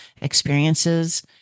experiences